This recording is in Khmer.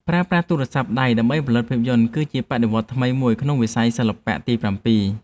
ប្រើប្រាស់ទូរស័ព្ទដៃដើម្បីផលិតភាពយន្តគឺជាបដិវត្តន៍ថ្មីមួយនៅក្នុងវិស័យសិល្បៈទីប្រាំពីរ។